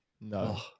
No